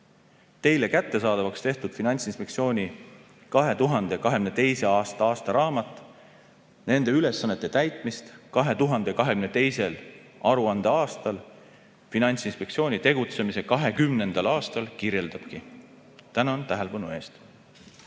Teile kättesaadavaks tehtud Finantsinspektsiooni 2022. aasta aastaraamat nende ülesannete täitmist 2022. aruandeaastal, Finantsinspektsiooni tegutsemise 20. aastal, kirjeldabki. Tänan tähelepanu eest!